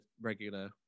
regular